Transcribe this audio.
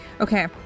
Okay